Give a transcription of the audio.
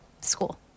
school